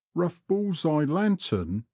rough bulls eye lantern,